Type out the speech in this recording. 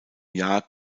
jahr